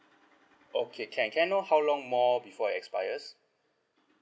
okay can can I know how long more before it expires